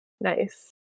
Nice